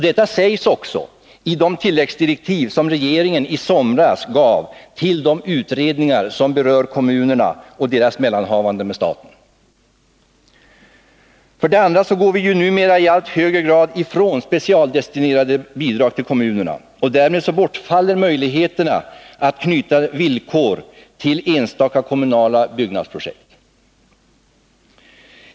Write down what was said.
Detta sägs också i de tilläggsdirektiv som regeringen i somras gav de utredningar som berör kommunerna och deras mellanhavanden med staten. För det andra går vi ju numera i allt högre grad ifrån specialdestinerade bidrag till kommunerna, och därmed bortfaller möjligheterna att knyta villkor till enstaka kommunala byggnadsprojekt.